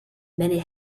many